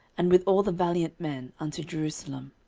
and with all the valiant men, unto jerusalem.